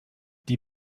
die